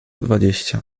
dwadzieścia